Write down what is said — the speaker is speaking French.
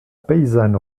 paysanne